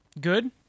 good